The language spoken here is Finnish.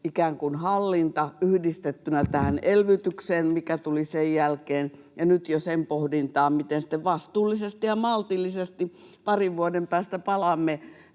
ikään kuin hallinta yhdistettynä tähän elvytykseen, mikä tuli sen jälkeen, ja nyt jo sen pohdinta, miten sitten vastuullisesti ja maltillisesti parin vuoden päästä palaamme